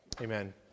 Amen